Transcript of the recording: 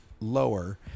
lower